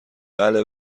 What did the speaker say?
بله